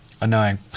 annoying